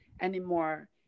anymore